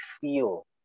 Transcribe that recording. feel